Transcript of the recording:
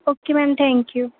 okay ma'am thank you